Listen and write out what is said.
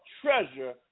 treasure